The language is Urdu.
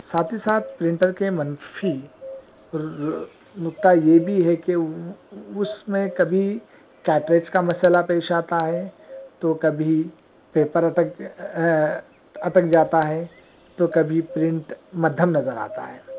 ساتھ ہی ساتھ پرنٹر کے منفی نکتہ یہ بھی ہے کہ اس میں کبھی کارٹریج کا مسئلہ پیش آتا ہے تو کبھی پیپر اٹک اٹک جاتا ہے تو کبھی پرنٹ مدھم نظر آتا ہے